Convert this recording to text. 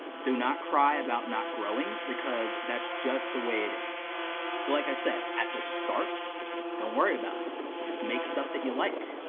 do not cry about not growing because that's just the way it is. but like i said, at the start don't worry about it. just make stuff that you like.